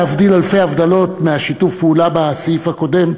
להבדיל אלפי הבדלות משיתוף הפעולה בסעיף הקודם,